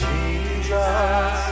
Jesus